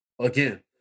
Again